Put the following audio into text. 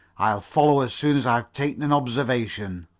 i'll follow as soon as i've taken an observation.